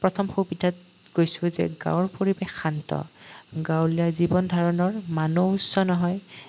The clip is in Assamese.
প্ৰথম সুবিধা কৈছোঁ যে গাঁৱৰ পৰিৱেশ শান্ত গাঁৱলীয়া জীৱন ধাৰণৰ মানো উচ্চ নহয় তাত